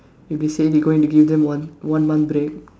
he'd been saying he going to give them one one month break